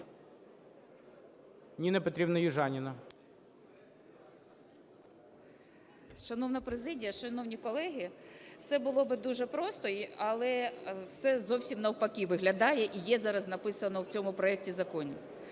Н.П. Шановна президія, шановні колеги, все було би дуже просто, але все зовсім навпаки виглядає і є зараз написано в цьому проекті закону.